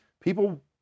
people